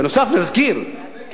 בנוסף, נזכיר כי